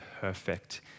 perfect